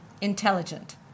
intelligent